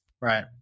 Right